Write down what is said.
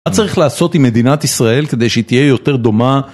מה צריך לעשות עם מדינת ישראל כדי שהיא תהיה יותר דומה...?